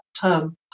term